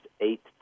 eight